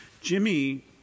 Jimmy